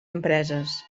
empreses